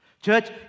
Church